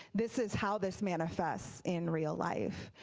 this is how this manifests in real life.